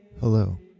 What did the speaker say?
Hello